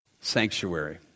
sanctuary